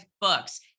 books